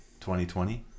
2020